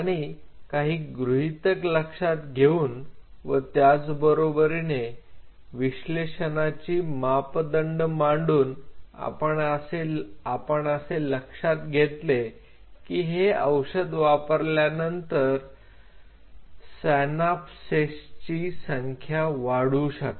आणि काही गृहितक लक्षात घेऊन व त्याचबरोबरीने विश्लेषणाची मापदंड मांडून आपण असे लक्षात घेतले की हे औषध वापरल्यानंतर स्यनाप्सेसची संख्या वाढू शकते